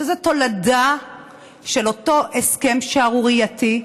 שזה תולדה של אותו הסכם שערורייתי,